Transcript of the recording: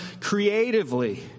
creatively